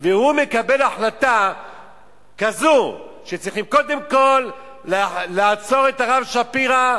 והוא מקבל החלטה כזאת שצריכים קודם כול לעצור את הרב שפירא,